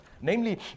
namely